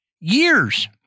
years